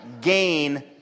gain